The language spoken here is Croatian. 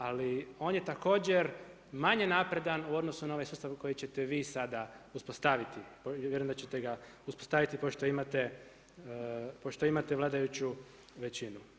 Ali on je također manje napredan u odnosu na ovaj sustav koji ćete sada uspostaviti, vjerujem da ćete ga uspostaviti pošto imate vladajuću većinu.